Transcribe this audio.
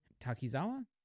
Takizawa